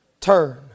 turn